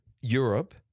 Europe